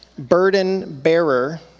burden-bearer